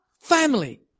family